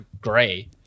gray